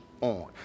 on